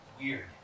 weird